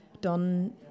done